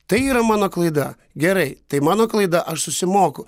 tai yra mano klaida gerai tai mano klaida aš susimoku